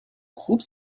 groupe